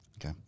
Okay